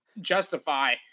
justify